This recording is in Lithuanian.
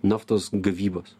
naftos gavybos